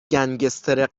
گنگستر